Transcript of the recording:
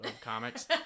comics